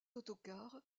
autocars